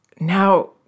now